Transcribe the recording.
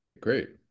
great